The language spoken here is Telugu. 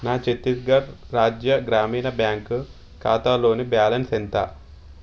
నా ఛతీస్ఘడ్ రాజ్య గ్రామీణ బ్యాంక్ ఖాతాలోని బ్యాలన్స్ ఎంత